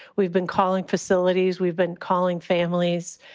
we've been calling facilities, we've been calling families,